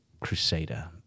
crusader